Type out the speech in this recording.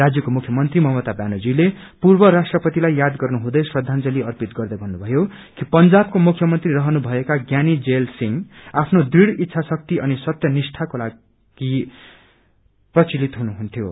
राज्यको मुख्यमन्त्री ममता ब्यानर्जीले पूर्व राष्ट्रपतिलाई याद गर्नु हुँदै श्रखांजलि अर्पित गर्दै मन्नुमयो कि पंजाबको मुख्यमन्त्री रहनु भएका ज्ञानी जैल सिंह आफ्नो ढृढ़ इच्छाश्रक्ति सत्पनिष्ठाको घनी हुनुहुन्य्यो